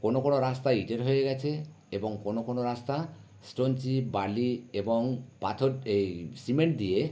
কোনও কোনও রাস্তা ইটের হয়ে গেছে এবং কোনও কোনও রাস্তা স্টোনচিপ বালি এবং পাথর এই সিমেন্ট দিয়ে